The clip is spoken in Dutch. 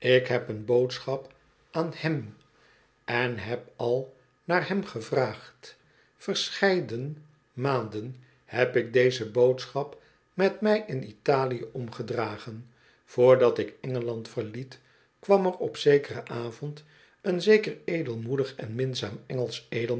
ik heb een boodschap aan hem en heb al naar hem gevraagd verscheiden maanden heb ik deze boodschap met mij in italië omgedragen vrdat ik en gel and verliet kwam er op zekeren avond een zeker edelmoedig en minzaam engelsch